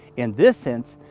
in this sense,